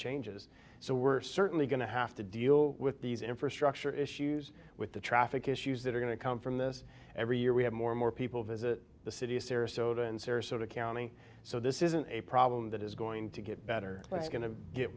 changes so we're certainly going to have to deal with these infrastructure issues with the traffic issues that are going to come from this every year we have more and more people visit the city sarasota and sarasota county so this isn't a problem that is going to get better but it's going to get